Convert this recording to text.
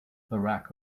barack